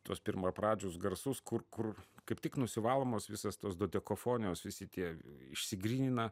tuos pirmapradžius garsus kur kur kaip tik nusivalomos visos tos dodekafonijos visi tie išsigrynina